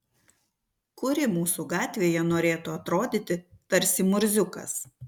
kuri mūsų gatvėje norėtų atrodyti tarsi murziukas